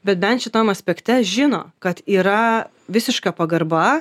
bet bent šitam aspekte žino kad yra visiška pagarba